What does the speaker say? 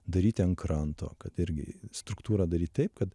daryti ant kranto kad irgi struktūrą daryt taip kad